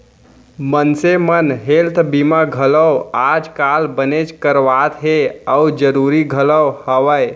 मनसे मन हेल्थ बीमा घलौ आज काल बनेच करवात हें अउ जरूरी घलौ हवय